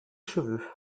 cheveux